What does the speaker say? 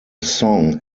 song